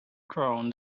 crowned